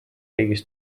riigist